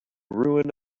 ruin